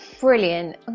Brilliant